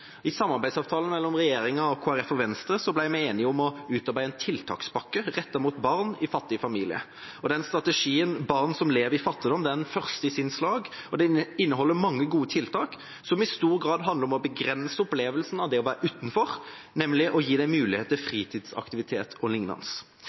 I samarbeidsavtalen mellom regjeringa, Kristelig Folkeparti og Venstre ble vi enige om å utarbeide en tiltakspakke rettet mot barn i fattige familier. Strategien «Barn som lever i fattigdom» er den første i sitt slag. Den inneholder mange gode tiltak, som i stor grad handler om å begrense opplevelsen av det å være utenfor, nemlig å gi disse barna mulighet til